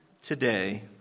today